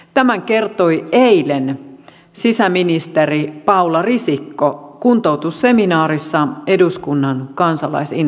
tämän kertoi eilen sisäministeri paula risikko kuntoutusseminaarissa eduskunnan kansalaisinfossa